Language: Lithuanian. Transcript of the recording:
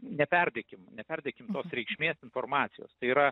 neperdėkim neperdėkim tos reikšmės informacijos tai yra